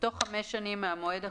בתוך חמש שנים מהמועד הקובע,